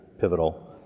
Pivotal